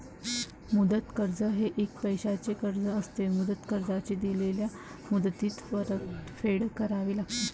मुदत कर्ज हे एक पैशाचे कर्ज असते, मुदत कर्जाची दिलेल्या मुदतीत परतफेड करावी लागते